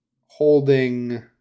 holding